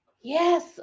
Yes